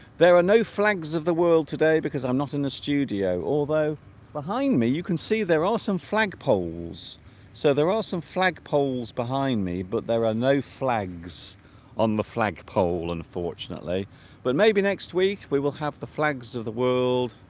there are no flags of the world today because i'm not in a studio although behind me you can see there are some flag poles so there are some flag poles behind me but there are no flags on the flagpole unfortunately but maybe next week we will have the flags of the world